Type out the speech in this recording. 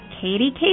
Katie